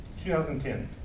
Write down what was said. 2010